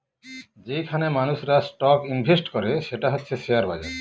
যেইখানে মানুষেরা stock invest করে সেটা হচ্ছে শেয়ার বাজার